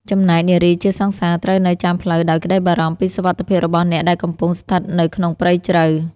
ចំណែកនារីជាសង្សារត្រូវនៅចាំផ្លូវដោយក្តីបារម្ភពីសុវត្ថិភាពរបស់អ្នកដែលកំពុងស្ថិតនៅក្នុងព្រៃជ្រៅ។